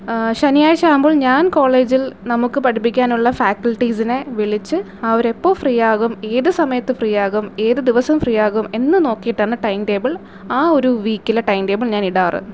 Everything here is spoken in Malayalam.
ശനിയാഴ്ച ആകുമ്പോൾ ഞാൻ കോളേജിൽ നമുക്ക് പഠിപ്പിക്കാനുള്ള ഫാക്കൽറ്റീസിനെ വിളിച്ച് അവർ എപ്പോൾ ഫ്രീ ആകും ഏത് സമയത്ത് ഫ്രീ ആകും ഏത് ദിവസം ഫ്രീ ആകും എന്ന് നോക്കിയിട്ടാണ് ടൈൻ ടേബിൾ ആ ഒരു വീക്കിലെ ടൈൻ ടേബിൾ ഞാൻ ഇടാറുള്ളത്